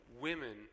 women